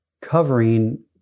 covering